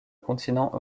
continent